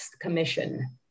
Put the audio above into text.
commission